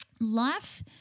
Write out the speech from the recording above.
Life